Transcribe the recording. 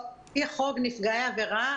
לפי חוק נפגעי עבירה,